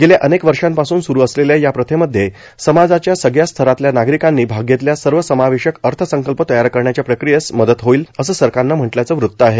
गेल्या अनेक वर्षापासून सुरू असलेल्या या प्रथेमध्ये समाजाच्या सगळ्या स्तरांतल्या नागरिकांनी भाग घेतल्यास सर्वसमावेशक अर्थसंकल्प तयार करण्याच्या प्रक्रियेत मदत होईल असं सरकारनं म्हटल्याचं वृत आहे